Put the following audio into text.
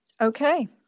Okay